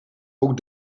ook